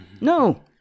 No